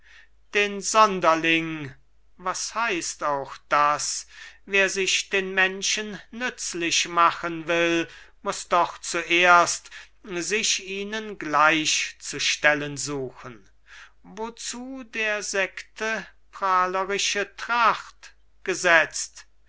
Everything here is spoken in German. den sonderling was heißt auch das wer sich den menschen nützlich machen will muß doch zuerst sich ihnen gleichzustellen suchen wozu der sekte prahlerische tracht gesetzt